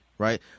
Right